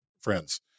friends